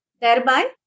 thereby